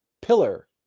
pillar